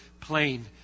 plain